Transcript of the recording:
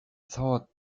thought